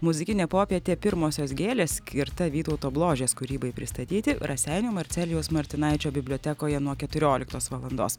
muzikinė popietė pirmosios gėlės skirta vytauto bložės kūrybai pristatyti raseinių marcelijaus martinaičio bibliotekoje nuo keturioliktos valandos